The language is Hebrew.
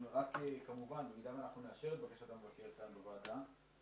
במידה ואנחנו נאשר את בקשת המבקר כאן בוועדה,